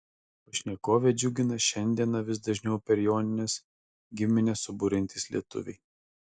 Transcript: pašnekovę džiugina šiandieną vis dažniau per jonines giminę suburiantys lietuviai